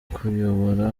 kuyobora